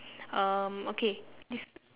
um okay this